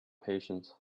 patience